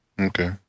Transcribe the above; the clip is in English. Okay